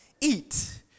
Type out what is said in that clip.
Eat